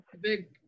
Big